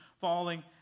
falling